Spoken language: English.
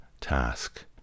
task